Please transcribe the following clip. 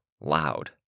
loud